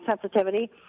sensitivity